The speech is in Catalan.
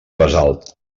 basalt